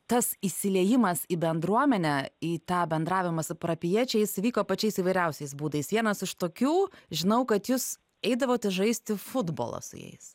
tas įsiliejimas į bendruomenę į tą bendravimą su parapijiečiais vyko pačiais įvairiausiais būdais vienas iš tokių žinau kad jūs eidavote žaisti futbolą su jais